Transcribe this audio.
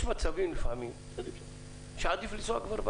יש מצבים לפעמים שעדיף לנסוע כבר ב